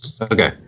Okay